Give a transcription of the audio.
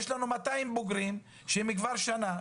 יש לנו 200 בוגרים שהם כבר שנה,